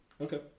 Okay